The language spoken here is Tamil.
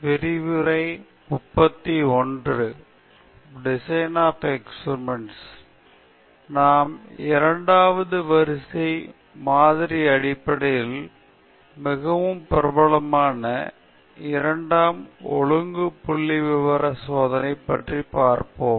இப்போது நாம் இரண்டாவது வரிசை மாதிரி அடிப்படையில் மிகவும் பிரபலமான இரண்டாம் ஒழுங்கு புள்ளிவிவர சோதனை பற்றி பார்ப்போம்